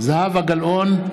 זהבה גלאון,